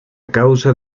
causa